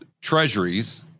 treasuries